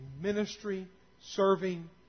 ministry-serving